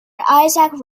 isaac